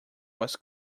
was